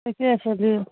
ठीके छै